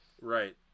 Right